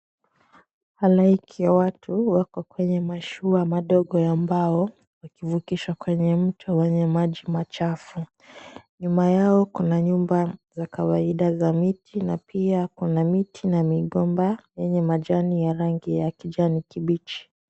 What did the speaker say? Halaiki ya watu wako kwenye mashua madogo ya mbao wakivukishwa kwenye mto wenye maji machafu. Nyuma yao kuna nyumba za kawaida za miti na pia kuna miti na migomba yenye majani ya rangi ya kijani kibichi.